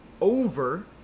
over